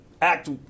act